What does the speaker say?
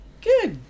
Good